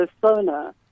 persona